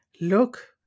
Look